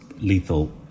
lethal